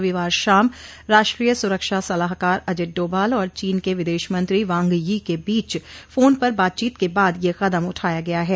रविवार शाम राष्ट्रीय सुरक्षा सलाहकार अजित डोभाल और चीन के विदेश मंत्री वांग यी के बीच फोन पर बातचीत के बाद यह कदम उठाया गया है